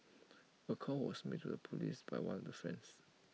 A call was made to the Police by one of the friends